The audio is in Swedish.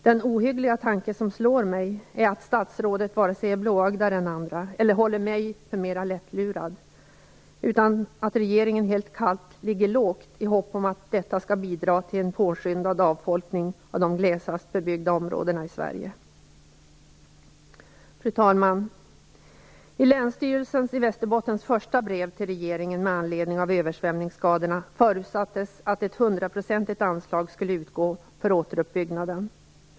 Den ohyggliga tanke som slår mig är att statsrådet varken är mer blåögd än andra eller håller mig för lättlurad, utan regeringen helt kallt ligger lågt i hopp om att detta skall bidra till en påskyndad avfolkning av de glesast bebyggda områdena i Sverige. Fru talman! I Länsstyrelsens i Västerbotten första brev till regeringen med anledning av översvämningsskador förutsattes att ett hundra-procentigt anslag skulle utgå för återuppbyggnaden.